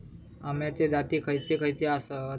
अम्याचे जाती खयचे खयचे आसत?